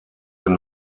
den